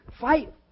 fight